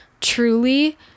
truly